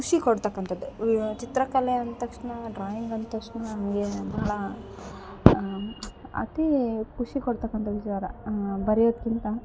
ಖುಷಿಕೊಡ್ತಕಂಥದ್ ವಿ ಚಿತ್ರಕಲೆ ಅಂತಕ್ಷಣ ಡ್ರಾಯಿಂಗ್ ಅಂತಕ್ಷಣ ನಂಗೆ ಎಲ್ಲ ಅತೀ ಖುಷಿಕೊಡ್ತಕ್ಕಂಥ ವಿಚಾರ ಬರೆಯೋದ್ಕಿಂತ